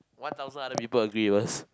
one thousand other people agree with us